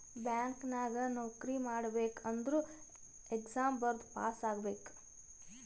bank ನಾಗ್ ನೌಕರಿ ಮಾಡ್ಬೇಕ ಅಂದುರ್ ಎಕ್ಸಾಮ್ ಬರ್ದು ಪಾಸ್ ಆಗ್ಬೇಕ್